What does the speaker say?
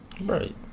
Right